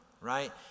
right